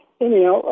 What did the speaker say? Anyhow